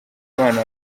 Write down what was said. abana